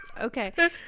Okay